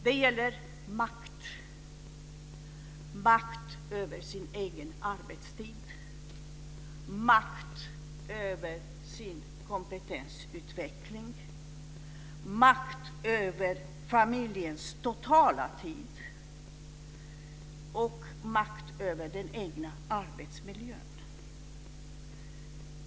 Det gäller makt över sin egen arbetstid, makt över sin kompetensutveckling, makt över familjens totala tid och makt över den egna arbetsmiljön.